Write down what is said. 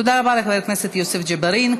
תודה רבה לחבר הכנסת יוסף ג'בארין.